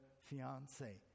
fiance